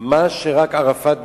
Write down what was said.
מה שרק ערפאת ביקש,